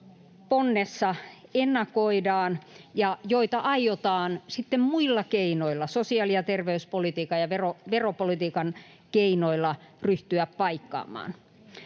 ponnessa ennakoidaan ja joita aiotaan sitten muilla keinoilla, sosiaali- ja terveyspolitiikan ja veropolitiikan keinoilla, ryhtyä paikkaamaan.